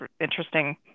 interesting